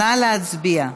נא להצביע.